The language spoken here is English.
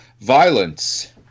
violence